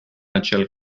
acel